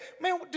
man